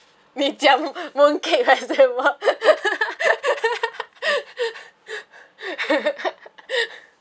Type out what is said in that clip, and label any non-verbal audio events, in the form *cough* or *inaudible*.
mid ch~ mooncake festival *laughs*